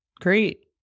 Great